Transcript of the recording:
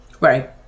right